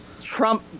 Trump